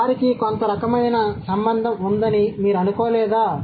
కాబట్టి వారికి కొంత రకమైన సంబంధం ఉందని మీరు అనుకోలేదా